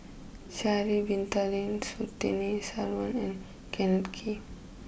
Sha'ari Bin Tadin Surtini Sarwan and Kenneth Kee